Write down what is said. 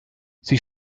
sie